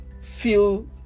feel